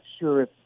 sure